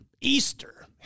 Easter